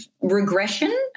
regression